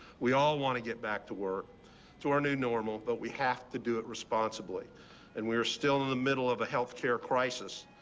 we all want to get back to work to our new normal that we have to do it responsibly and we're still and the middle of a health care crisis.